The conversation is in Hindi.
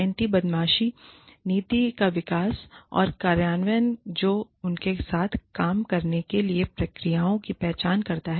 एंटी बदमाशी नीति का विकास और कार्यान्वयन जो उनके साथ काम करने के लिए प्रक्रियाओं की पहचान करता है